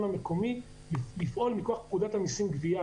המקומי לפעול מכוח פקודת המסים (גבייה),